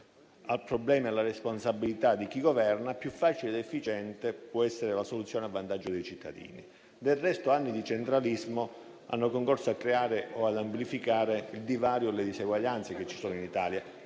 a problemi e alla responsabilità di chi governa, più facile ed efficiente può essere la soluzione a vantaggio dei cittadini. Del resto, anni di centralismo hanno concorso a creare o amplificare il divario e le diseguaglianze che ci sono in Italia.